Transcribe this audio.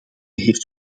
heeft